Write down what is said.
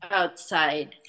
outside